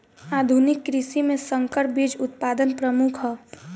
आधुनिक कृषि में संकर बीज उत्पादन प्रमुख ह